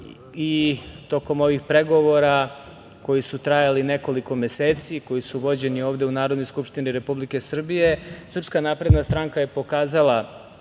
Tokom ovih pregovora koji su trajali nekoliko meseci, koji su vođeni ovde u Narodnoj skupštini Republike Srbije, SNS je pokazala